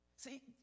See